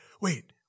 wait